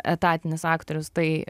etatinis aktorius tai